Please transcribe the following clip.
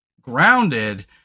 grounded